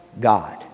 God